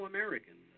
American